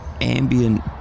ambient